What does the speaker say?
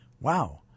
wow